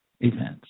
events